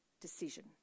decision